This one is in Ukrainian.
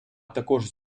також